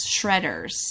shredders